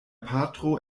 patro